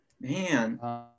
Man